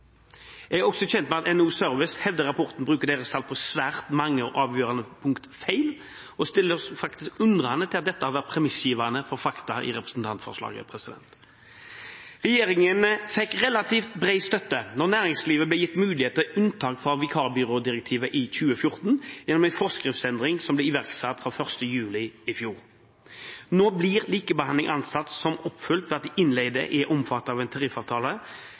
Jeg er også kjent med at NHO Service hevder at rapporten bruker deres tall feil på svært mange og avgjørende punkt, og vi stiller oss undrende til at dette har vært premissgivende for fakta i representantforslaget. Regjeringen fikk relativt bred støtte da næringslivet ble gitt mulighet til unntak fra vikarbyrådirektivet i 2014 gjennom en forskriftsendring som ble iverksatt fra 1. juli i fjor. Nå blir likebehandling ansett som oppfylt ved at de innleide er omfattet av en tariffavtale